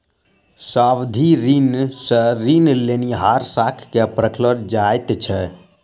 सावधि ऋण सॅ ऋण लेनिहारक साख के परखल जाइत छै